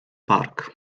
park